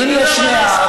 אם יש מעט,